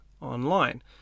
online